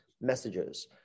messages